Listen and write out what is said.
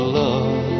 love